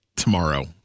tomorrow